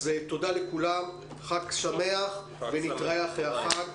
תודה לכולם, חג שמח ונתראה אחרי החג.